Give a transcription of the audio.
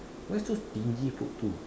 why so stingy put two